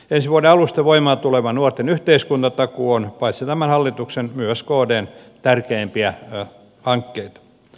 ensi vuoden alusta voimaan tuleva nuorten yhteiskuntatakuu on paitsi tämän hallituksen myös kdn tärkeimpiä hankkeita